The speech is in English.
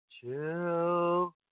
chill